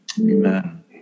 Amen